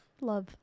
Love